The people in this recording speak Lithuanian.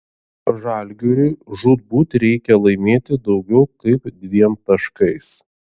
žalgiriui žūtbūt reikia laimėti daugiau kaip dviem taškais